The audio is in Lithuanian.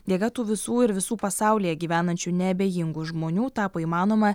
dėka tų visų ir visų pasaulyje gyvenančių neabejingų žmonių tapo įmanoma